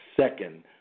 Second